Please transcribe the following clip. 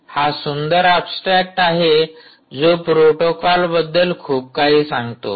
हा सुंदर ऍब्स्ट्रॅकट आहे जो प्रोटोकॉल बद्दल खूप काही सांगतो